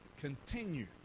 continue